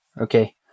Okay